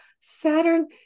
Saturn